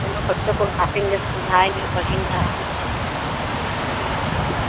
सुनो बच्चों को डाटेंगे समझाएंगे पढ़ेंगे आराम से पढ़ लिख लेंगे